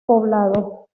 poblado